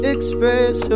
Express